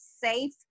safe